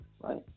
right